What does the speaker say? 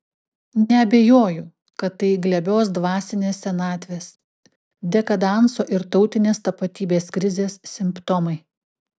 neabejoju kad tai glebios dvasinės senatvės dekadanso ir tautinės tapatybės krizės simptomai